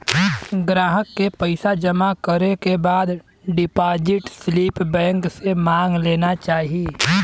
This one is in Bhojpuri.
ग्राहक के पइसा जमा करे के बाद डिपाजिट स्लिप बैंक से मांग लेना चाही